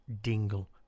Dingle